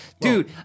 Dude